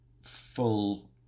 full